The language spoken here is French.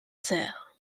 sœurs